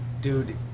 Dude